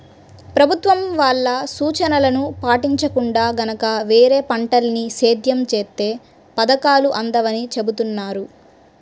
ప్రభుత్వం వాళ్ళ సూచనలను పాటించకుండా గనక వేరే పంటల్ని సేద్యం చేత్తే పథకాలు అందవని చెబుతున్నారు